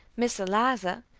miss eliza,